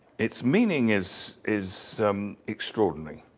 its meaning is is extraordinary.